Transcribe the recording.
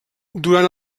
durant